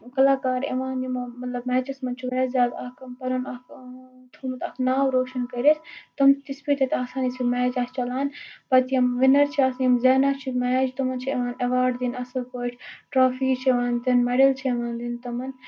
کَلاکار یِوان مطلب میچَس منٛز چھُ واریاہ زیادٕ اکھ کٲم پنُن اکھ تھومُت اکھ ناو روشن کٔرِتھ تِم تِژہ پھِرۍ تتہِ آسان یِژھ پھرۍ میچ چلان پَتہٕ یِم وِنر چھِ آسان یِم زینان چھِ میچ تِمَن یِوان ایواڑ دِنہٕ اَصٕل پٲٹھۍ ٹرافی چھِ یِوان دِنہٕ میڈٔل چھِ یِوان دِنہٕ تِمَن